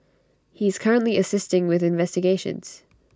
he is currently assisting with investigations